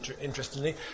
interestingly